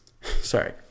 Sorry